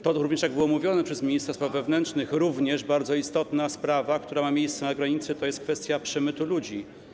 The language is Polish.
To również, jak było mówione przez ministra spraw wewnętrznych, bardzo istotna sprawa, która ma miejsce na granicy - kwestia przemytu ludzi.